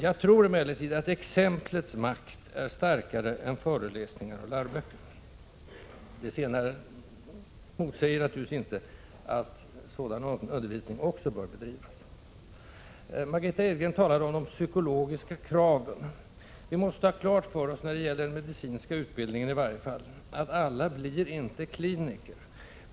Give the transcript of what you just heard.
Jag tror emellertid att exemplets makt är starkare än föreläsningar och läroböcker. Det senare motsäger naturligtvis inte att sådan undervisning också bör bedrivas. Margitta Edgren talade om de psykologiska kraven. Vi måste ha klart för oss, när det gäller den medicinska utbildningen, att alla inte blir kliniker.